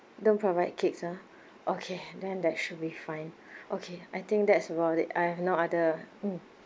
don't provide cakes ah okay then that should be fine okay I think that's about it I have no other mmhmm